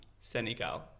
Senegal